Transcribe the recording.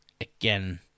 Again